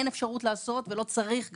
אין אפשרות לעשות ולא צריך גם.